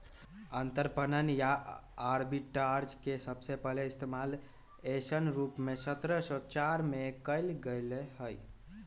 अंतरपणन या आर्बिट्राज के सबसे पहले इश्तेमाल ऐसन रूप में सत्रह सौ चार में कइल गैले हल